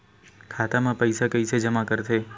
खाता म पईसा कइसे जमा करथे?